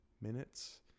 minutes